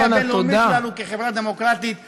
בדימוי העצמי הבין-לאומי שלנו כחברה דמוקרטית טובה.